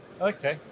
Okay